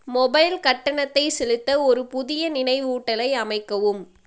mobile கட்டணத்தைச் செலுத்த ஒரு புதிய நினைவூட்டலை அமைக்கவும்